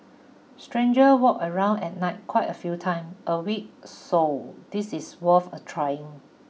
stranger walk around at night quite a few time a week so this is worth a trying